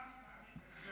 תסביר